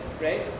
right